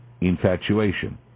infatuation